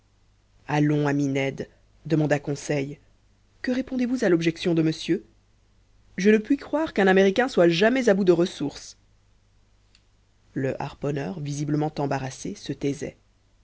allons ami ned demanda conseil que répondez-vous à l'objection de monsieur je ne puis croire qu'un américain soit jamais à bout de ressources le harponneur visiblement embarrassé se taisait